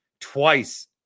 twice